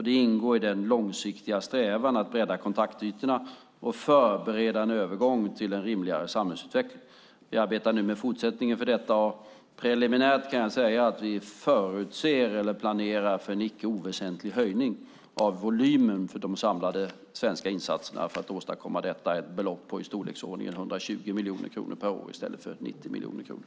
Det ingår i den långsiktiga strävan att bredda kontaktytorna och förbereda en övergång till en rimligare samhällsutveckling. Vi arbetar nu med fortsättningen av detta, och preliminärt kan jag säga att vi planerar för en icke oväsentlig höjning av volymen för de samlade svenska insatserna för att åstadkomma detta, ett belopp på i storleksordningen 120 miljoner kronor per år i stället för 90 miljoner kronor.